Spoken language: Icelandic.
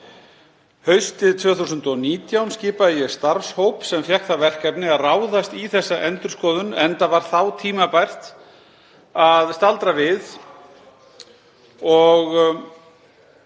Haustið 2019 skipaði ég starfshóp sem fékk það verkefni að ráðast í þessa endurskoðun enda var þá tímabært að staldra við og